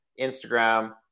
Instagram